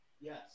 Yes